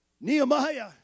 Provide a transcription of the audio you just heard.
Nehemiah